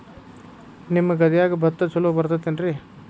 ನಿಮ್ಮ ಗದ್ಯಾಗ ಭತ್ತ ಛಲೋ ಬರ್ತೇತೇನ್ರಿ?